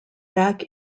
back